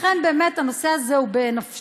לכן, באמת הנושא הזה הוא בנפשנו.